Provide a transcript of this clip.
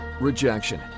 rejection